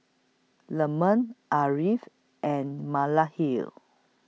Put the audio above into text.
Leman Ariff and Mala Heal